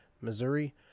Missouri